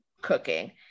cooking